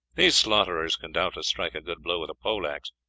these slaughterers can doubtless strike a good blow with a pole-axe,